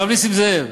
הרב נסים זאב,